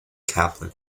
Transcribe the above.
kaplan